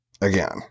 again